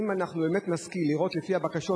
אם אנחנו באמת נשכיל לראות לפי הבקשות,